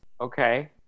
Okay